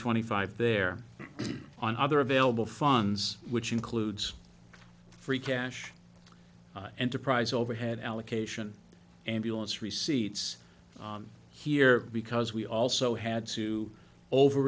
twenty five there on the other available funds which includes free cash enterprise overhead allocation ambulance receipts here because we also had to over